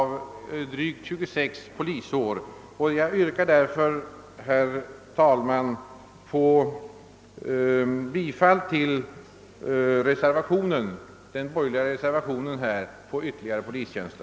Herr talman! Jag yrkar därför bifall till den borgerliga reservationen i vilken föreslås ytterligare polistjänster.